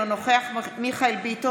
אינו נוכח מיכאל מרדכי ביטון,